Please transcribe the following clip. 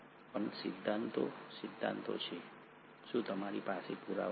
પણ સિદ્ધાંતો સિદ્ધાંતો છે શું તમારી પાસે પુરાવા છે